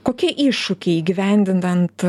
kokie iššūkiai įgyvendinant